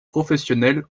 professionnel